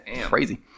Crazy